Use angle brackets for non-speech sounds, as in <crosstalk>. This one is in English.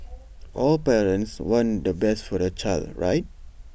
<noise> all parents want the best for their child right